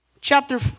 Chapter